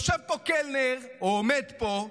יושב פה קלנר, או עומד פה,